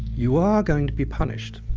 you're going to be punished.